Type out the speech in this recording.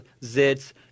zits